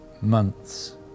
months